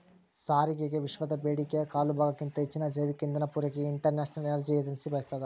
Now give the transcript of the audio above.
ಸಾರಿಗೆಗೆವಿಶ್ವದ ಬೇಡಿಕೆಯ ಕಾಲುಭಾಗಕ್ಕಿಂತ ಹೆಚ್ಚಿನ ಜೈವಿಕ ಇಂಧನ ಪೂರೈಕೆಗೆ ಇಂಟರ್ನ್ಯಾಷನಲ್ ಎನರ್ಜಿ ಏಜೆನ್ಸಿ ಬಯಸ್ತಾದ